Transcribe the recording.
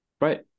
Right